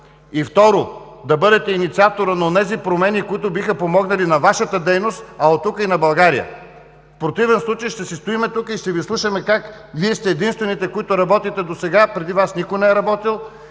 и второ, бъдете инициатор на онези промени, които биха помогнали на Вашата дейност, а от тук и на България. В противен случай ще си стоим тук и ще Ви слушаме как Вие сте единствените, които работите досега, а преди Вас никой не е работил,